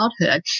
childhood